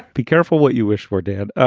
be careful what you wish for, dad.